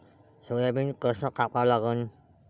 Soybean कस कापा लागन?